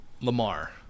Lamar